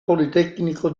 politecnico